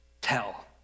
Tell